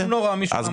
אז